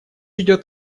идет